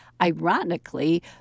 Ironically